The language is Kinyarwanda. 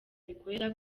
abikorera